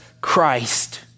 Christ